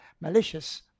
malicious